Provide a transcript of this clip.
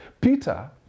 Peter